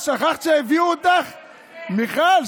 שכחת שהביאו גם אותך, מיכל?